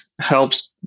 helps